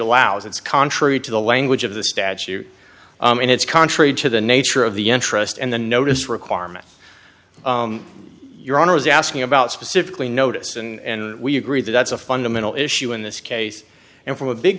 allows it's contrary to the language of the statute and it's contrary to the nature of the interest and the notice requirement your honor is asking about specifically notice and we agree that that's a fundamental issue in this case and from a big